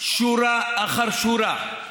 שורה אחר שורה,